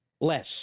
Less